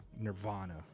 Nirvana